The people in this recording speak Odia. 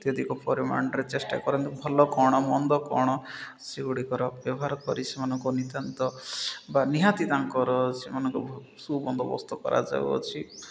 ଅତ୍ୟଧିକ ପରିମାଣରେ ଚେଷ୍ଟା କରନ୍ତି ଭ'ଲ କଣ ମନ୍ଦ କ'ଣ ସେଗୁଡ଼ିକର ବ୍ୟବହାର କରି ସେମାନଙ୍କ ନିତନ୍ତ ବା ନିହାତି ତାଙ୍କର ସେମାନଙ୍କୁ ସୁବନ୍ଦୋବସ୍ତ କରାଯାଉଅଛି